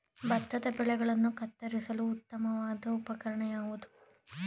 ಭತ್ತದ ಬೆಳೆಗಳನ್ನು ಕತ್ತರಿಸಲು ಉತ್ತಮವಾದ ಉಪಕರಣ ಯಾವುದು?